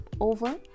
over